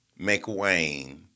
McWayne